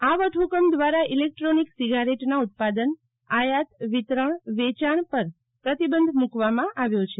આ વટહુકમ દ્વારા ઇલેક્ટ્રોનિક સિગારેટના ઉત્પાદન આયાત વિતરણ વેચાણ પર પ્રતિબંધ મૂકવામાં આવ્યો છે